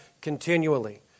continually